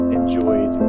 enjoyed